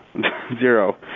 Zero